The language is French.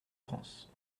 france